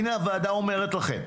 הנה הוועדה אומרת לכם: